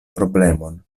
problemon